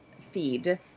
feed